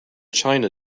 china